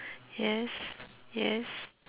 yes yes